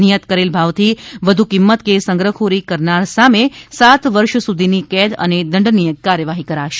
નિયત કરેલ ભાવથી વધુ કિંમત કે સંગ્રહખોરી કરનાર સામે સાત વર્ષ સુધીની કેદ અને દંડનીય કાર્યવાહી કરાશે